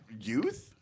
youth